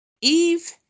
Eve